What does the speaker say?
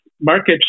markets